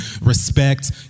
respect